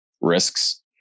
risks